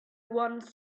one